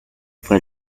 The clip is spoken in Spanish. fue